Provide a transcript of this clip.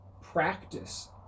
practice